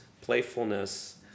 playfulness